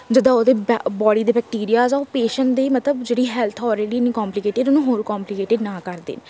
ਜਦੋਂ ਉਹਦੇ ਬ ਬੋਡੀ ਦੇ ਬੈਕਟੀਰੀਆਜ਼ ਆ ਉਹ ਪੇਸ਼ੈਂਟ ਦੇ ਮਤਲਬ ਜਿਹੜੀ ਹੈਲਥ ਆਲਰੇਡੀ ਇੰਨੀ ਕੋਂਪਲੀਕੇਟਿਡ ਉਹਨੂੰ ਹੋਰ ਕੋਂਪਲੀਕੇਟਿਡ ਨਾ ਕਰ ਦੇਣ